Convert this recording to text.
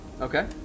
Okay